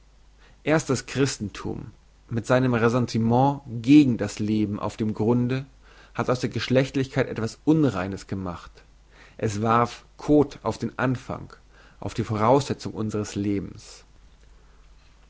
erst das christenthum mit seinem ressentiment gegen das leben auf dem grunde hat aus der geschlechtlichkeit etwas unreines gemacht es warf koth auf den anfang auf die voraussetzung unseres lebens